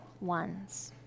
ones